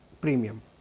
premium